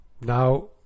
now